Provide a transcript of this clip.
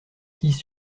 six